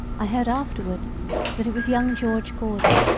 i heard afterward that it was young george gordon,